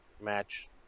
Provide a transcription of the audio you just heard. match